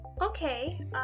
Okay